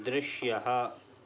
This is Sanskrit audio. दृश्यः